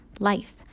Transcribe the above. life